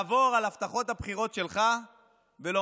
לעבור על הבטחות הבחירות שלך ולומר: